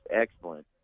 excellent